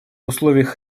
условиях